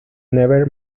never